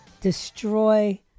destroy